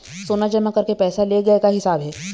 सोना जमा करके पैसा ले गए का हिसाब हे?